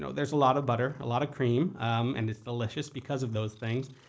so there's a lot of butter, a lot of cream, um and it's delicious because of those things.